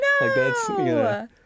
No